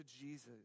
Jesus